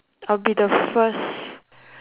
I'll be the first